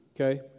Okay